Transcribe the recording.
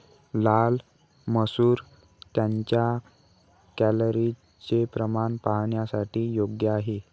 लाल मसूर त्यांच्या कॅलरीजचे प्रमाण पाहणाऱ्यांसाठी योग्य आहे